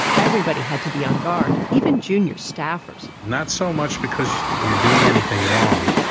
everybody had to be on guard, even junior staffers not so much because you're doing anything wrong,